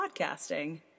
podcasting